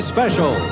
Special